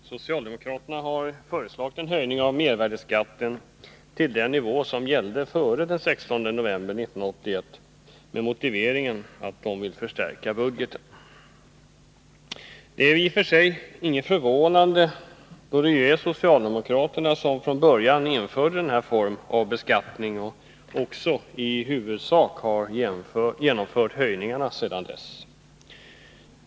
Herr talman! Socialdemokraterna har föreslagit en höjning av mervärdeskatten till den nivå som gällde före den 16 november 1981 med motiveringen att de vill förstärka budgeten. Detta är i och för sig inget förvånande, då det ju är socialdemokraterna som från början införde denna form av beskattning och också i huvudsak har genomfört höjningarna sedan dess.